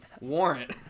warrant